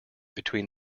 between